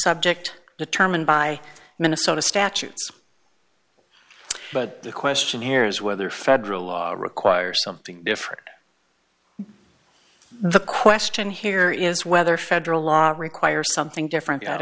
subject determined by minnesota statutes but the question here is whether federal law requires something different the question here is whether federal law requires something different that